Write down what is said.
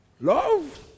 Love